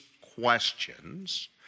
questions